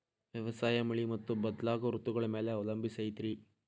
ವ್ಯವಸಾಯ ಮಳಿ ಮತ್ತು ಬದಲಾಗೋ ಋತುಗಳ ಮ್ಯಾಲೆ ಅವಲಂಬಿಸೈತ್ರಿ